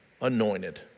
anointed